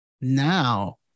now